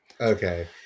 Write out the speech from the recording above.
Okay